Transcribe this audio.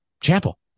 chapel